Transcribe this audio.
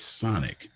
sonic